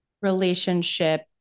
relationship